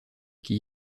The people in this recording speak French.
qui